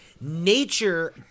Nature